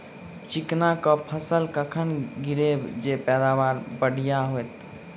चिकना कऽ फसल कखन गिरैब जँ पैदावार बढ़िया होइत?